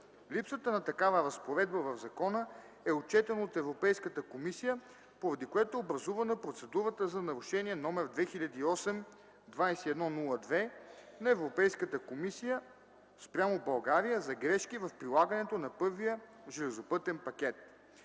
Липсата на такава разпоредба в закона е отчетено от Европейската комисия, поради което е образувана процедурата за Нарушение № 2008/2102 на Европейската комисия спрямо България за грешки в прилагането на първия железопътен пакет.